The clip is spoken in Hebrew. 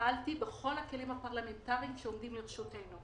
פעלתי בכל הכלים הפרלמנטריים שעומדים לרשותי.